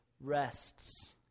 rests